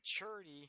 maturity